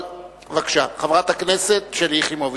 בבקשה, חברת הכנסת שלי יחימוביץ.